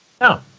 No